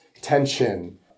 tension